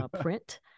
print